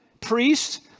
priests